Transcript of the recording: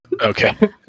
Okay